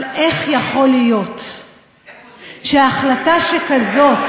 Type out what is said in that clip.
היא מצטטת, אבל איך יכול להיות שהחלטה כזאת